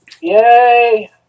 Yay